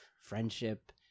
friendship